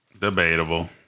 Debatable